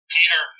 Peter